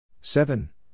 Seven